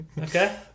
Okay